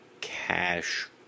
Cash